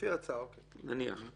נניח.